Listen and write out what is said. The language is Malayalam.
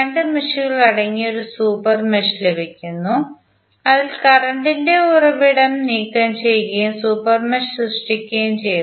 രണ്ട് മെഷുകൾ അടങ്ങിയ ഒരു സൂപ്പർ മെഷ് ലഭിക്കുന്നു അതിൽ കറന്റ് ഇന്റെ ഉറവിടം നീക്കം ചെയ്യുകയും സൂപ്പർ മെഷ് സൃഷ്ടിക്കുകയും ചെയ്തു